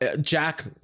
Jack